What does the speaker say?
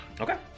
Okay